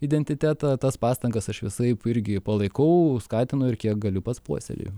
identitetą tas pastangas aš visaip irgi palaikau skatinu ir kiek galiu pats puoselėju